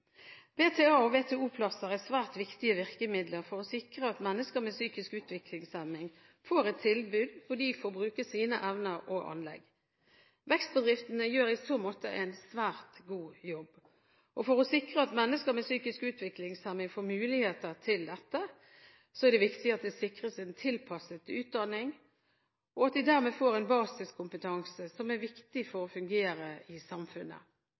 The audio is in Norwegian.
VTA- og VTO-plasser er svært viktige virkemidler for å sikre at mennesker med psykisk utviklingshemning får et tilbud hvor de får bruke sine evner og anlegg. Vekstbedriftene gjør i så måte en svært god jobb. For å sikre at mennesker med psykisk utviklingshemning får muligheten til dette, er det viktig de sikres en tilpasset utdanning, og at de dermed får en basiskompetanse som er viktig for å fungere i samfunnet.